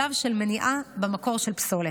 שלב של מניעה במקור של פסולת.